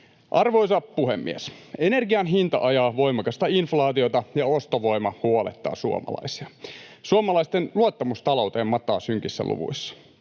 Arvoisa puhemies! Energian hinta ajaa voimakasta inflaatiota, ja ostovoima huolettaa suomalaisia. Suomalaisten luottamus talouteen mataa synkissä luvuissa.